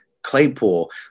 Claypool